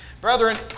Brethren